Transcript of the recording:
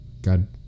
God